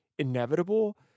inevitable